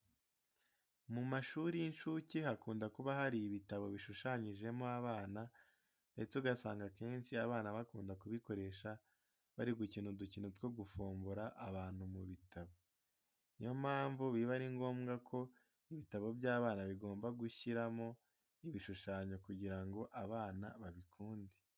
Mu mashuri y'incuke hakunda kuba hari ibitabo bishushanyijemo abana ndetse ugasanga akenshi abana bakunda kubikoresha bari gukina udukino two gufombora abantu mu bitabo. Ni yo mpamvu biba ari ngombwa ko ibitabo by'abana bagomba gushyiramo ibishushanyo kugira ngo abana babikunde.